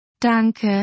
Danke